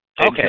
Okay